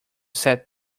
sat